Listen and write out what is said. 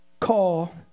call